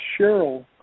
Cheryl